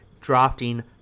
drafting